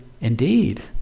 Indeed